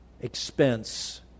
expense